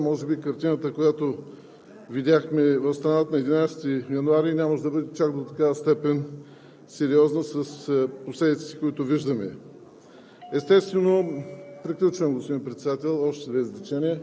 но ако бяха направили предварителни стъпки и действия, може би картината, която видяхме в страната на 11 януари, нямаше да бъде чак до такава степен сериозна с последиците, които виждаме.